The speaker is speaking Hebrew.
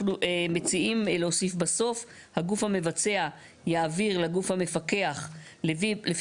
אנחנו מציעים להוסיף בסוף "הגוף המבצע יעביר לגוף המקפח לפי